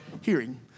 hearing